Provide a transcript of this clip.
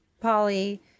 Polly